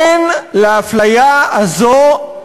אין לאפליה הזאת,